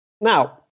now